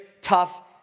tough